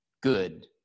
good